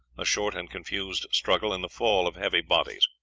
a short and confused struggle, and the fall of heavy bodies,